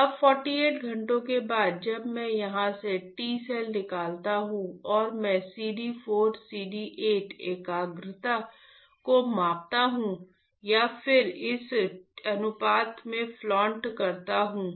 अब 48 घंटों के बाद जब मैं यहां से T सेल निकालता हूं और मैं CD 4 CD 8 एकाग्रता को मापता हूं या फिर इसे अनुपात में प्लॉट करता हूं